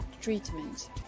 treatment